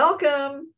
Welcome